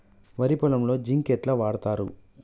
వరి పొలంలో జింక్ ఎట్లా వాడుతరు?